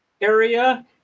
area